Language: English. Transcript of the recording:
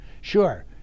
sure